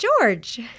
George